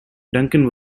duncan